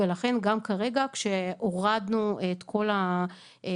ולכן גם כרגע כשהורדנו את כל ההגבלות,